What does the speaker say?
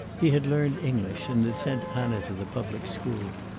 he had learned english and had sent anna to the public school.